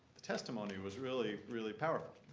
the testimony was really, really powerful.